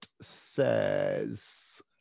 says